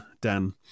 dan